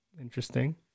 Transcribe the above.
Interesting